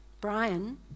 Brian